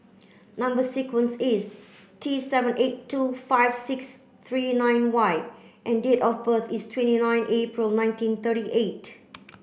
number sequence is T seven eight two five six three nine Y and date of birth is twenty nine April nineteen thirty eight